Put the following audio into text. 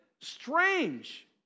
strange